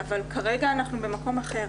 אבל כרגע אנחנו במקום אחר.